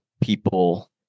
people